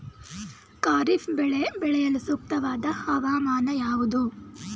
ಖಾರಿಫ್ ಬೆಳೆ ಬೆಳೆಯಲು ಸೂಕ್ತವಾದ ಹವಾಮಾನ ಯಾವುದು?